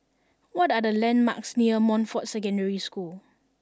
what are the landmarks near Montfort Secondary School